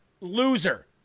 loser